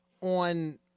on